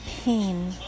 pain